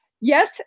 yes